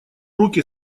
руки